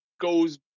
goes